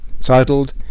titled